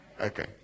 okay